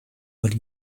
what